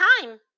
time